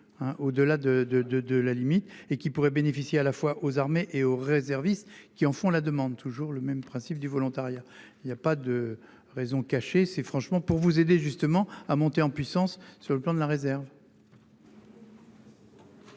de de de la limite et qui pourrait bénéficier à la fois aux armées et aux réservistes qui en font la demande toujours le même principe du volontariat. Il y a pas de raison cachée, c'est franchement pour vous aider justement à monter en puissance sur le plan de la réserve.